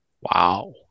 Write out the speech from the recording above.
Wow